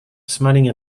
smiling